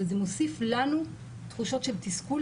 וזה מוסיף לנו תחושות של תסכול,